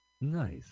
Nice